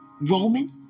Roman